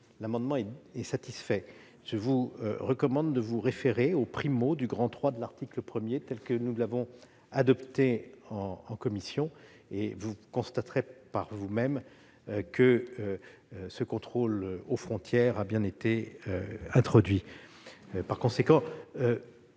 amendement est satisfait. Je vous recommande, ma chère collègue, de vous référer au 1° du III de l'article 1, tel que nous l'avons adopté en commission : vous constaterez par vous-même que ce contrôle aux frontières a bien été introduit. Par conséquent,